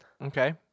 Okay